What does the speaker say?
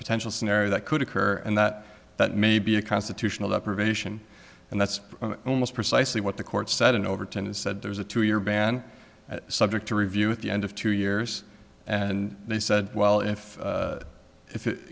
potential scenario that could occur and that that may be a constitutional deprivation and that's almost precisely what the court said in overton and said there was a two year ban subject to review at the end of two years and they said well if if it